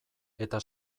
eta